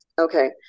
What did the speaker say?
Okay